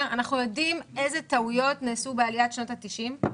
אנחנו יודעים איזה טעויות נעשו בעליית שנות ה-90'.